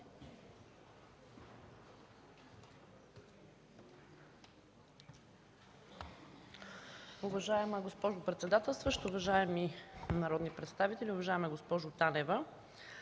Уважаема госпожо председател, уважаеми народни представители! Уважаема госпожо Манолова,